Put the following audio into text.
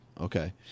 Okay